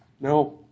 No